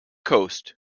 coast